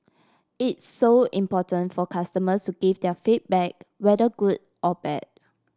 it's so important for customers to give their feedback whether good or bad